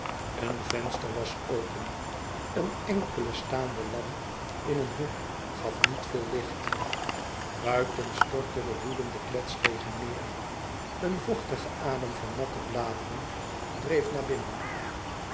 een venster was open een enkele staande lamp in een hoek gaf niet veel licht buiten stortte de woedende kletsregen neêr een vochtige adem van natte bladeren dreef naar binnen